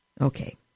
Okay